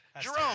Jerome